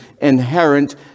inherent